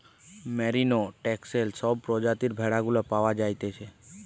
merino, Texel সব প্রজাতির ভেড়া গুলা পাওয়া যাইতেছে